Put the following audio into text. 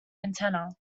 antenna